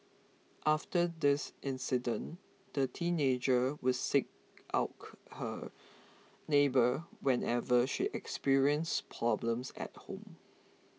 after this incident the teenager would seek out her neighbour whenever she experienced problems at home